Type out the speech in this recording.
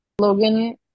Logan